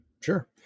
Sure